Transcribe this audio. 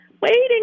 waiting